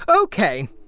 Okay